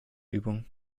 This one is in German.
übung